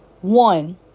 one